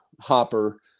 hopper